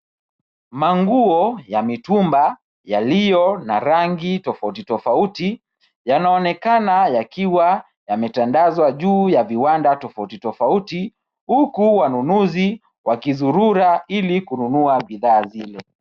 Manguo ya mitumba yaliyo na rangi tofautitofauti yanaonekana yakiwa yametandazwa juu ya viwanda tofautitofauti huku wanunuzi wakizurura ili kununua bidhaa zile.